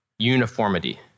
uniformity